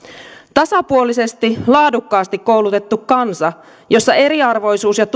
tasapuolisesti laadukkaasti koulutettu kansa jossa eriarvoisuus ja